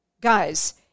Guys